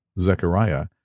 Zechariah